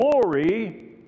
glory